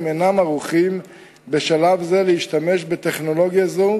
אינם ערוכים בשלב זה להשתמש בטכנולוגיה זו,